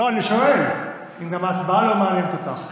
לא, אני שואל אם גם ההצבעה לא מעניינת אותך.